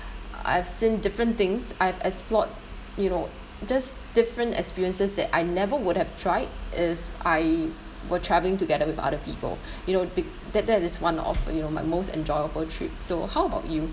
I've seen different things I've explored you know just different experiences that I never would have tried if I were travelling together with other people you know be~ that that is one of you know my most enjoyable trip so how about you